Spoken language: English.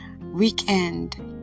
weekend